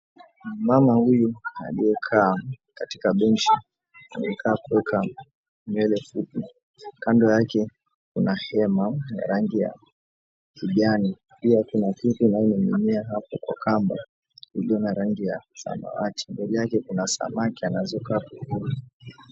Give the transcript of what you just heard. Mama huyu aliyekaa katika benchi amweka nywele fupi kado yake kuna hema ilo kuwa na rangi ya kijani ilokuwa na kitu kina ninginia kwa kamba ikiwa na rangi ya samawati mbele yake kuna samaki anazoka.